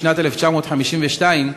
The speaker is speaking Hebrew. משנת 1952,